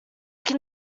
can